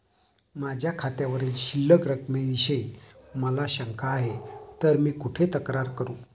माझ्या खात्यावरील शिल्लक रकमेविषयी मला शंका आहे तर मी कुठे तक्रार करू?